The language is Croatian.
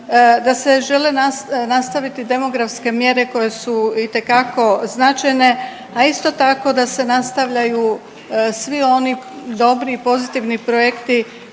da se žele nastaviti demografske mjere koje su itekako značajne. A isto tako da se nastavljaju svi oni dobri i pozitivni projekti